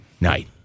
night